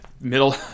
middle